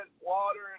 water